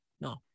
no